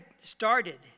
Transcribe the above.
started